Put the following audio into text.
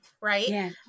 right